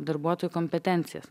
darbuotojų kompetencijas